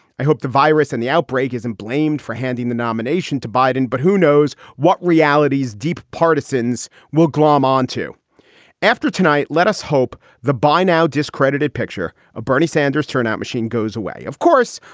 i hope the virus and the outbreak isn't blamed for handing the nomination to biden, but who knows what realities deep partisans will glom onto after tonight. let us hope the by now discredited picture of bernie sanders turnout machine goes away. of course,